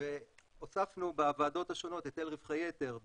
והוספנו בוועדות השונות היטל רווחי יתר,